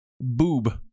boob